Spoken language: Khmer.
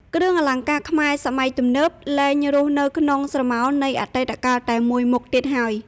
គ្រឿងអលង្ការខ្មែរសម័យទំនើប លែងរស់នៅក្នុងស្រមោលនៃអតីតកាលតែមួយមុខទៀតហើយ។